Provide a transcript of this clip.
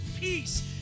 peace